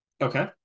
Okay